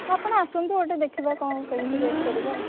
ହଁ ଆପଣ ଆସନ୍ତୁ ଗୋଟିଏ ଦେଖିବା କ'ଣ କେମିତି ରେଟ୍ କରିବା ଆଉ